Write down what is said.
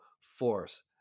force